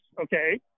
okay